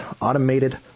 automated